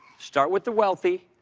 start with the wealthy,